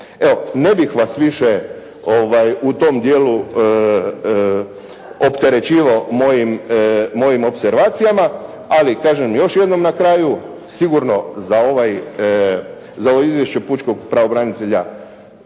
ne bih vas više u tom dijelu opterećivao mojim opservacijama, ali kažem još jednom na kraju, sigurno za ovo izvješće pučkog pravobranitelja